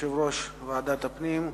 יושב-ראש ועדת הפנים,